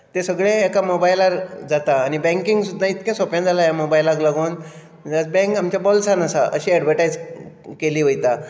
तें सगळें एका मोबायलार जाता आनी बँकींग सुद्दां इतलें सोंपें जालां ह्या मोबायलाक लागून बँक आमच्या बोल्सांत आसा अशी एडवर्टायज केली वयता